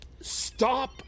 stop